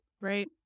right